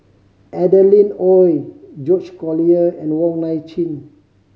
Adeline Ooi George Collyer and Wong Nai Chin